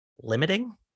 limiting